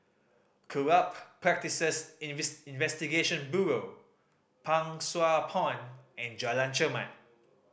Corrupt Practices Investigation Bureau Pang Sua Pond and Jalan Chermat